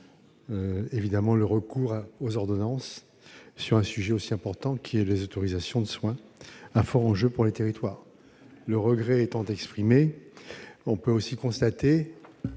évidemment, le recours aux ordonnances sur un sujet aussi important. Les autorisations de soins représentent un fort enjeu pour les territoires. Ce regret étant exprimé, on peut constater